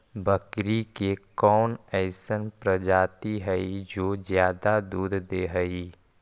बकरी के कौन अइसन प्रजाति हई जो ज्यादा दूध दे हई?